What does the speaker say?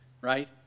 right